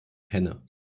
kenne